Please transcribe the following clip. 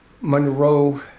Monroe